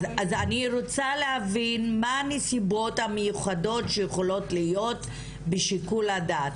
אז אני רוצה להבין מהן הנסיבות המיוחדות שיכולות להיות בשיקול הדעת,